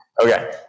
Okay